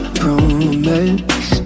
promise